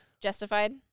justified